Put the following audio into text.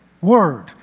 Word